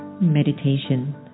Meditation